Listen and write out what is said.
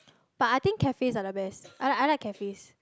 but I think cafes are the best I like I like cafes